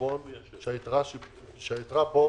לחשבון שהיתרה בו